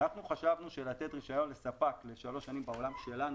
אנחנו חשבנו שלתת רישיון לספק לשלוש שנים בעולם שלנו,